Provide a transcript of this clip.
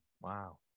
Wow